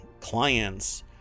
clients